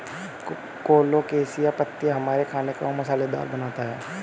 colocasia पत्तियां हमारे खाने को मसालेदार बनाता है